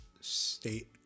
state